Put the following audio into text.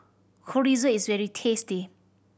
Chorizo is very tasty